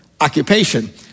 occupation